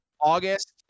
August